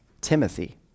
Timothy